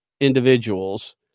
individuals